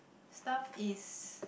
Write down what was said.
staff is